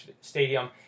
stadium